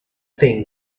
thing